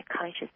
conscious